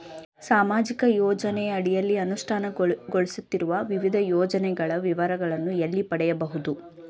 ಸಾಮಾಜಿಕ ಯೋಜನೆಯ ಅಡಿಯಲ್ಲಿ ಅನುಷ್ಠಾನಗೊಳಿಸುತ್ತಿರುವ ವಿವಿಧ ಯೋಜನೆಗಳ ವಿವರಗಳನ್ನು ಎಲ್ಲಿ ಪಡೆಯಬಹುದು?